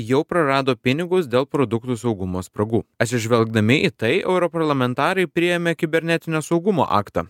jau prarado pinigus dėl produktų saugumo spragų atsižvelgdami į tai europarlamentarai priėmė kibernetinio saugumo aktą